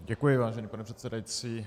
Děkuji, vážený pane předsedající.